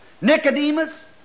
Nicodemus